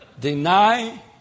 Deny